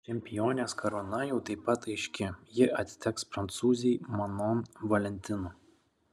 čempionės karūna jau taip pat aiški ji atiteks prancūzei manon valentino